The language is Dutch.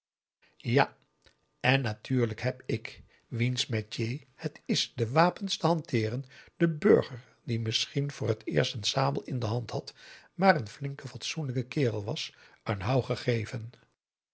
ja en natuurlijk heb ik wiens métier het is de wapens te hanteeren den burger die misschien voor het eerst n sabel in de hand had maar n flinke fatsoenlijke kerel was een